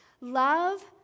Love